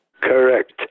Correct